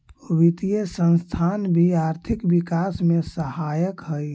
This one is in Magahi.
वित्तीय संस्थान भी आर्थिक विकास में सहायक हई